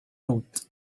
road